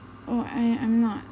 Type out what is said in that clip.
oh I I'm not